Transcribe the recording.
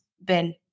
Ben